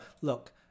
look